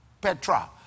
Petra